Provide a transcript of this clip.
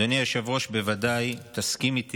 אדוני היושב-ראש, בוודאי תסכים איתי